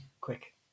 quick